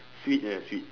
sweet ah sweet